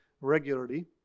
regularly